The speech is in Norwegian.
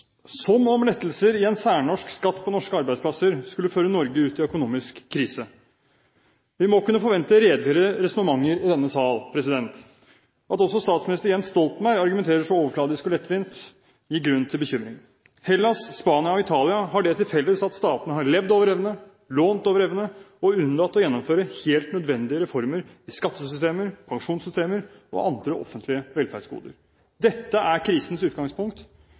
Som om lettelser i en særnorsk skatt på norske arbeidsplasser skulle føre Norge ut i økonomisk krise! Vi må kunne forvente redeligere resonnementer i denne sal. At også statsminister Jens Stoltenberg argumenterer så overfladisk og lettvint, gir grunn til bekymring. Hellas, Spania og Italia har det til felles at statene har levd over evne, lånt over evne og unnlatt å gjennomføre helt nødvendige reformer i skattesystemer, pensjonssystemer og andre offentlige velferdsgoder. Dette er krisens utgangspunkt,